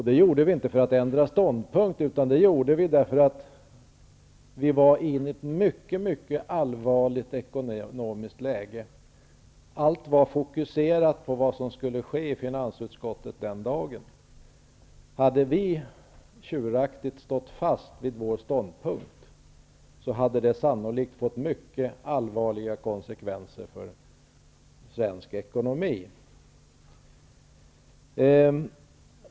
Det gjorde vi inte bara för att ändra ståndpunkt, utan därför att det ekonomiska läget var mycket allvarligt. Allt var fokuserat på vad som skulle ske i finansutskottet den dagen. Hade vi tjuraktigt stått fast vid vår ståndpunkt hade det sannolikt fått mycket allvarliga konsekvenser för svensk ekonomi.